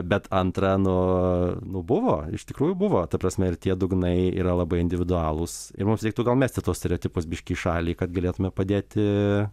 bet antra nu nu buvo iš tikrųjų buvo ta prasme ir tie dugnai yra labai individualūs ir mums reiktų gal mesti tuos stereotipus biškį į šalį kad galėtume padėti